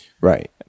Right